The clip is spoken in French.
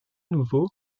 nouveau